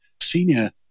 senior